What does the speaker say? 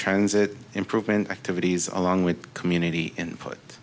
transit improvement activities along with community input